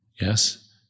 Yes